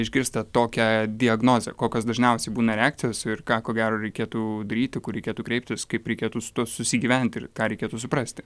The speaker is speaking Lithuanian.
išgirsta tokią diagnozę kokios dažniausiai būna reakcijos ir ką ko gero reikėtų daryti kur reikėtų kreiptis kaip reikėtų su tuo susigyventi ir ką reikėtų suprasti